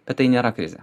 bet tai nėra krizė